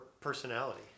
personality